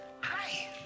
Hi